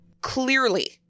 Clearly